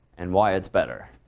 and why it's better?